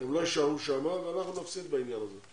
הם לא יישארו שם ואנחנו נפסיד בעניין זה.